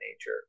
nature